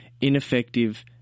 ineffective